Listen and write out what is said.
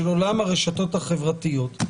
של עולם הרשתות החברתיות,